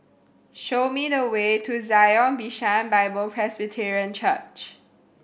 show me the way to Zion Bishan Bible Presbyterian Church